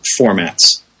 formats